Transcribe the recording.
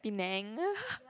Penang